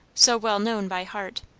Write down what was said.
so well known by heart.